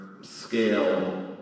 scale